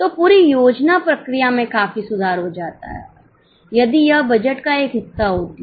तो पूरी योजना प्रक्रिया में काफी सुधार हो जाता है यदि यह बजट का एक हिस्साहोती है